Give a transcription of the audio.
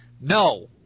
No